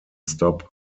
stop